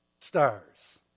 stars